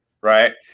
right